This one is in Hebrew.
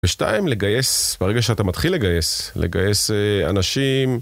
ושתיים, לגייס, ברגע שאתה מתחיל לגייס, לגייס אנשים...